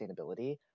sustainability